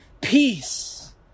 peace